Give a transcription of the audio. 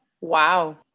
Wow